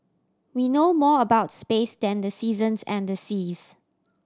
we know more about space than the seasons and the seas